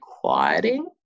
quieting